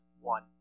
one